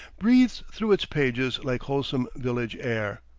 breathes through its pages like wholesome village air.